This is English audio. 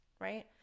right